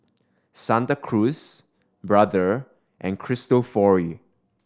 Santa Cruz Brother and Cristofori